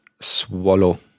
swallow